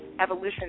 evolution